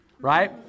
right